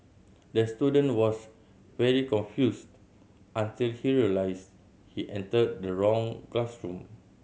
the student was very confused until he realised he entered the wrong classroom